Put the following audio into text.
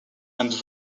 and